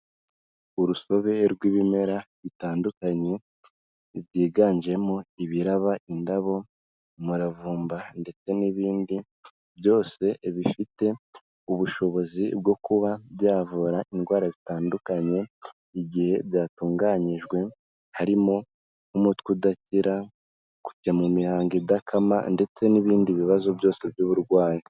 Urusobe rw'ibimera bitandukanye, byiganjemo ibiraba indabo, umuravumba ndetse n'ibindi byose bifite ubushobozi bwo kuba byavura indwara zitandukanye, igihe byatunganyijwe, harimo nk'umutwe udakira, kujya mu mihango idakama ndetse n'ibindi bibazo byose by'uburwayi.